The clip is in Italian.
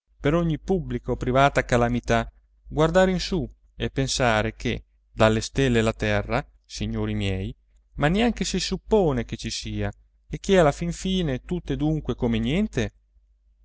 per ogni pubblica o privata calamità guardare in su e pensare che dalle stelle la terra signori miei ma neanche si suppone che ci sia e che alla fin fine tutto è dunque come niente